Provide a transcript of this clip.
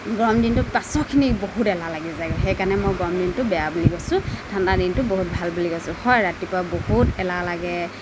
গৰম দিনটোত পাছৰখিনি বহুত এলাহ লাগি যায় সেইকাৰণে মই গৰম দিনটো বেয়া বুলি কৈছোঁ ঠাণ্ডা দিনটো বহুত ভাল বুলি কৈছোঁ হয় ৰাতিপুৱা বহুত এলাহ লাগে